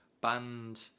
banned